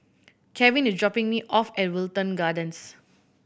Kevin is dropping me off at Wilton Gardens